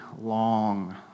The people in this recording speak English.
long